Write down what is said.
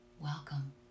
Welcome